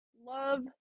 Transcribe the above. Love